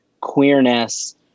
queerness